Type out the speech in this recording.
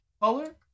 color